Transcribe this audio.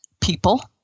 people